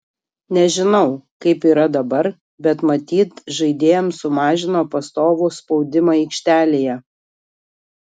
nežinau kaip yra dabar bet matyt žaidėjams sumažino pastovų spaudimą aikštelėje